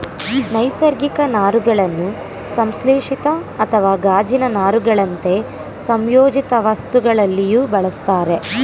ನೈಸರ್ಗಿಕ ನಾರುಗಳನ್ನು ಸಂಶ್ಲೇಷಿತ ಅಥವಾ ಗಾಜಿನ ನಾರುಗಳಂತೆ ಸಂಯೋಜಿತವಸ್ತುಗಳಲ್ಲಿಯೂ ಬಳುಸ್ತರೆ